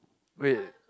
wait